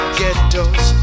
ghettos